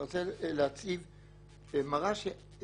אני רוצה להביא תובנה,